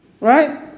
right